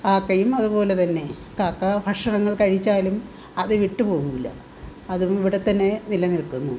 കാക്കയും അതുപോലെതന്നെ കാക്ക ഭക്ഷണങ്ങൾ കഴിച്ചാലും അതു വിട്ടു പോകില്ല അവിടെത്തന്നെ നിലനിൽക്കും